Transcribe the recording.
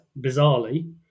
bizarrely